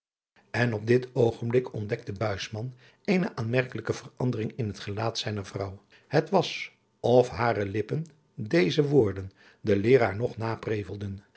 en op dit oogenblik ontdekte buisman eene aanmerkelijke verandering in het gelaat zijner vrouwe het was of hare lippen deze woorden den leeraar nog na